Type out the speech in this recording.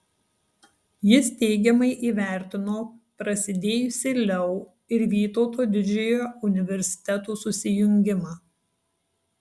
jis teigiamai įvertino prasidėjusį leu ir vytauto didžiojo universitetų susijungimą